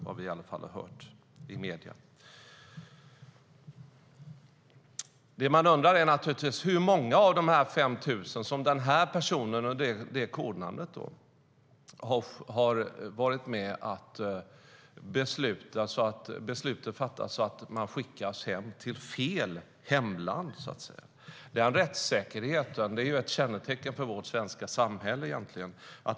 Det är i alla fall vad vi har hört i medierna. Rättssäkerhet är ett kännetecken för vårt svenska samhälle.